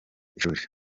ishuri